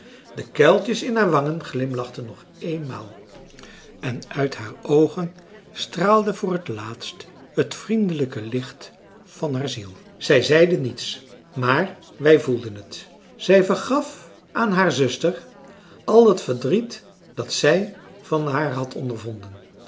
de kuiltjes in haar wangen glimlachten nog eenmaal en uit haar oogen straalde voor het laatst het vriendelijke licht van haar ziel zij zeide niets maar wij voelden het zij vergaf aan haar zuster al het verdriet dat zij van haar had ondervonden